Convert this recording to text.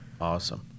Awesome